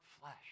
flesh